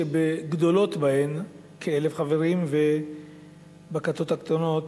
שבגדולות שבהן כ-1,000 חברים ובכתות הקטנות